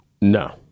No